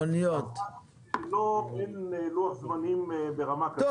אין לוח זמנים ברמה כזאת.